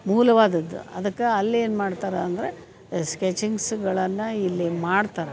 ಮೂಲವಾದದ್ದು ಅದಕ್ಕೆ ಅಲ್ಲೇನು ಮಾಡ್ತಾರೆ ಅಂದರೆ ಸ್ಕೆಚಿಂಗ್ಸ್ಗಳನ್ನು ಇಲ್ಲಿ ಮಾಡ್ತಾರೆ